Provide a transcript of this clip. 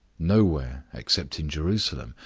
nowhere, except in jerusalem,